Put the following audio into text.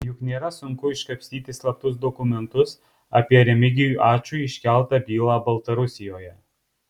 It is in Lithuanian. juk nėra sunku iškapstyti slaptus dokumentus apie remigijui ačui iškeltą bylą baltarusijoje